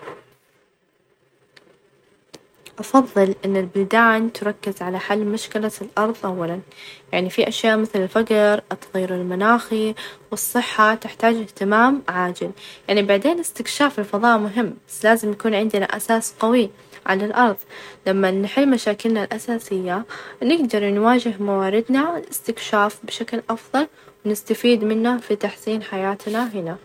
الأفظل يعني هو تحقيق توازن بين الإثنين ،السعادة الشخصية مهمة لأنها تعطيك طاقة، وراحة نفسية، لكن المساهمة في المجتمع تعزز الشعور بالإنتماء، وتخليك تحس بقيمة جهودك لما تكون سعيد، وتساهم في المجتمع تعيش حياة متكاملة، وتؤثر بشكل إيجابي على الآخرين.